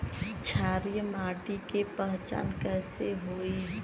क्षारीय माटी के पहचान कैसे होई?